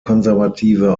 konservative